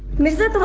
mirza